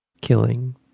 killing